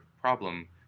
problem